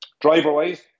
driver-wise